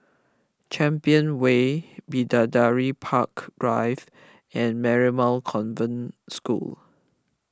Champion Way Bidadari Park Drive and Marymount Convent School